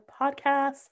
Podcast